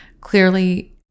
clearly